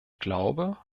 glaube